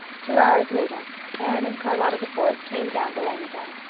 two hours later anne and charlotta the fourth came down the lane again.